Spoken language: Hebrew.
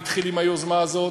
התחיל עם היוזמה הזאת,